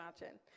imagine